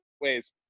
ways